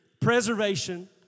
preservation